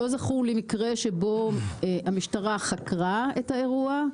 לא זכור לי מקרה שבו המשטרה חקרה את האירוע,